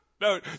no